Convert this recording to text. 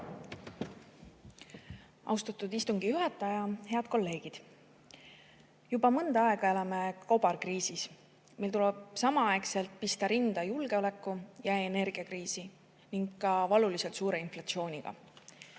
Austatud istungi juhataja! Head kolleegid! Juba mõnda aega elame kobarkriisis, meil tuleb samaaegselt pista rinda julgeoleku‑ ja energiakriisi ning ka valuliselt suure inflatsiooniga.